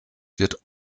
wird